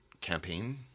campaign